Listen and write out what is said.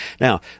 now